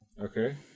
Okay